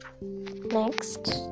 Next